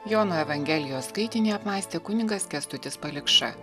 jono evangelijos skaitinį apmąstė kunigas kęstutis palikša